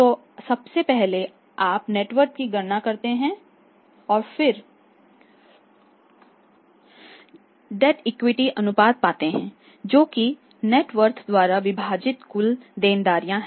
तो सबसे पहले आप नेट वर्थ की गणना करते हैं और फिर डेट इक्विटी अनुपात पाते हैं जो कि नेट वर्थ द्वारा विभाजित कुल देनदारियां हैं